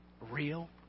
real